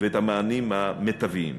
ואת המענים המיטביים.